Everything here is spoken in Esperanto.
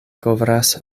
kovras